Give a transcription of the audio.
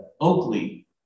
Oakley